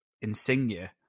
insignia